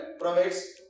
provides